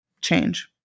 change